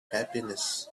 happiness